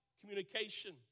communication